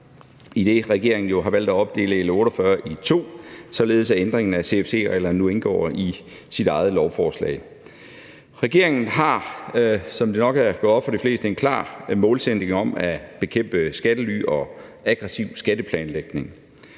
idet regeringen jo har valgt at opdele L 48 i to, således at ændringen af CFC-reglerne nu har sit eget lovforslag. Regeringen har, som det nok er gået op for de fleste, en klar målsætning om at bekæmpe skattely og aggressiv skatteplanlægning.